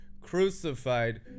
crucified